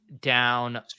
down